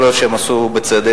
יכול להיות שהם עשו בצדק,